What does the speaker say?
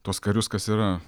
tuos karius kas yra